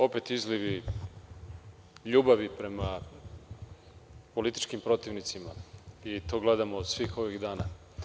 Opet izlivi ljubavi prema političkim protivnicima i to gledamo svih ovih dana.